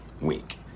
week